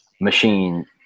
machine